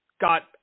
got